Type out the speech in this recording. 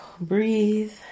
breathe